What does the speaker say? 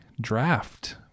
draft